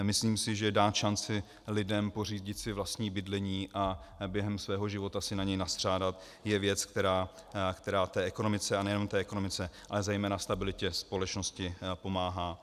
Myslím si, že dát šanci lidem pořídit si vlastní bydlení a během svého života si na něj nastřádat, je věc, která té ekonomice, a nejen ekonomice, ale zejména stabilitě společnosti pomáhá.